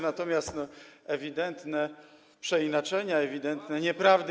Natomiast ewidentne przeinaczenia i ewidentne nieprawdy.